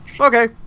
Okay